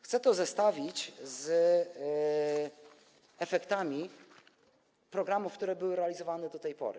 Chcę zestawić to z efektami programów, które były realizowane do tej pory.